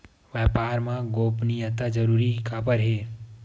व्यापार मा गोपनीयता जरूरी काबर हे?